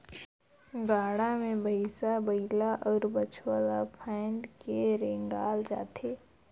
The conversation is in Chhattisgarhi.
गाड़ा मे भइसा बइला अउ बछवा ल फाएद के रेगाल जाथे